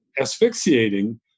asphyxiating